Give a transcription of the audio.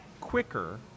quicker